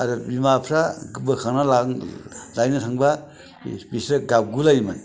आरो बिमाफ्रा बोखांना लायनो थांबा बिसोर गाबगु लायोमोन